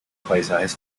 paisajes